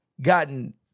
gotten